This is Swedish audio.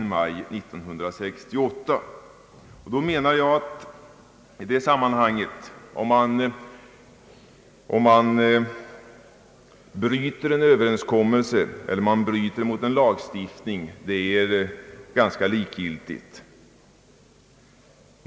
Jag anser att det i detta sammanhang är ganska likgiltigt om man bryter en överenskommelse eller bryter mot en lag.